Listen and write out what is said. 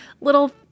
little